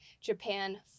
Japan